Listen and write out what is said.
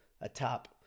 atop